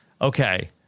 Okay